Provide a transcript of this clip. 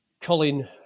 colin